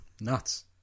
Nuts